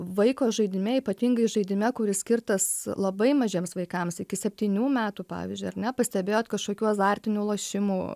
vaiko žaidime ypatingai žaidime kuris skirtas labai mažiems vaikams iki septynių metų pavyzdžiui ar ne pastebėjot kažkokių azartinių lošimų